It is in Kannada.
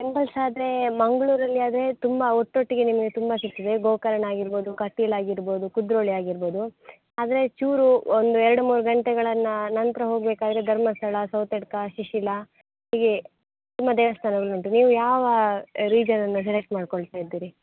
ಟೆಂಪಲ್ಸ್ ಆದರೆ ಮಂಗಳೂರಲ್ಲಿ ಆದರೆ ತುಂಬ ಒಟ್ಟೊಟ್ಟಿಗೆ ನಿಮಗೆ ತುಂಬ ಸಿಗ್ತದೆ ಗೋಕರ್ಣ ಆಗಿರ್ಬೋದು ಕಟೀಲು ಆಗಿರ್ಬೋದು ಕುದ್ರೋಳಿ ಆಗಿರ್ಬೋದು ಆದರೆ ಚೂರು ಒಂದು ಎರಡು ಮೂರು ಗಂಟೆಗಳನ್ನು ನಂತರ ಹೋಗಬೇಕಾದ್ರೆ ಧರ್ಮಸ್ಥಳ ಸೌತಡ್ಕ ಶಿಶಿಲ ಹೀಗೆ ತುಂಬ ದೇವಸ್ಥಾನಗಳು ಉಂಟು ನೀವು ಯಾವ ರೀಸನನ್ನು ಸೆಲೆಕ್ಟ್ ಮಾಡ್ಕೊಳ್ತಾ ಇದ್ದೀರಿ